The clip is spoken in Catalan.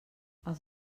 els